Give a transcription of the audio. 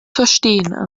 verstehen